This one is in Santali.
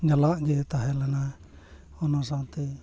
ᱧᱟᱞᱟᱜ ᱜᱮ ᱛᱟᱦᱮᱸ ᱞᱮᱱᱟ ᱚᱱᱟ ᱥᱟᱶᱛᱮ